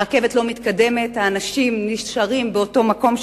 הרכבת לא מתקדמת, האנשים נשארים באותו מקום.